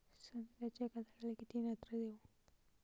संत्र्याच्या एका झाडाले किती नत्र देऊ?